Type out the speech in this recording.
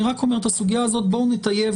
אני רק אומר שאת הסוגיה הזאת בואו נטייב